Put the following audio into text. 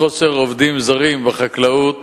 מחוסר עובדים זרים בחקלאות,